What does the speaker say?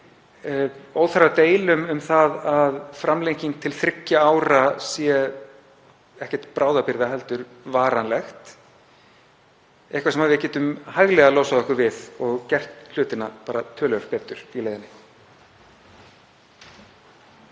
óþarfa deilum um það að framlenging til þriggja ára sé ekkert til bráðabirgða heldur varanleg, eitthvað sem við getum hæglega losað okkur við og gert hlutina töluvert betur í leiðinni.